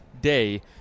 day